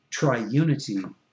triunity